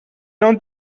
non